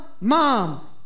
mom